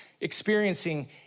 experiencing